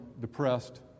depressed